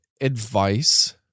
advice